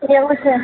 એવું છે